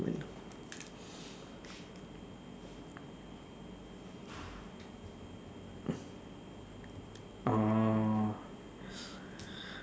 ah